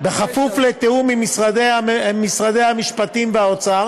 בכפוף לתיאום עם משרדי המשפטים והאוצר